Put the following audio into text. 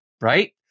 right